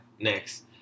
next